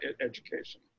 education